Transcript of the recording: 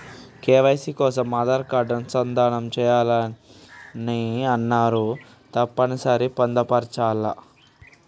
KYC కోసం Aadhaar card అనుసంధానం చేయాలని అన్నరు తప్పని సరి పొందుపరచాలా?